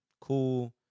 Cool